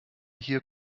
hier